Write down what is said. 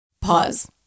Pause